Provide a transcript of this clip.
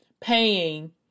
paying